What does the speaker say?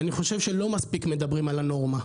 ואני חושב שלא מספיק מדברים על הנורמה.